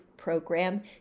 program